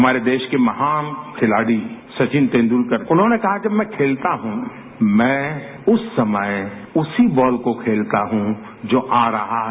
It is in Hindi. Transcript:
हमारे देश के महान खिलाड़ी सचिन तेंदुलकर उन्होंने कहा कि मैं जब खेलता हूं मैं उस समय उसी बॉल को खेलता हूं जो आ रहा है